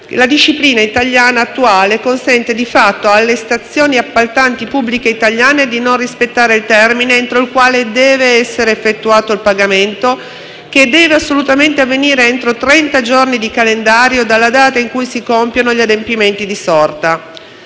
la disciplina italiana attuale consente di fatto alle stazioni appaltanti pubbliche italiane di non rispettare il termine entro il quale deve essere effettuato il pagamento, che deve assolutamente avvenire entro trenta giorni di calendario dalla data in cui si compiono gli adempimenti di sorta.